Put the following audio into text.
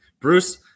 Bruce